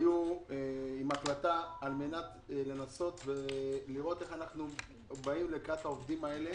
מטרתם היתה לראות איך אנחנו באים לקראת העובדים האלה,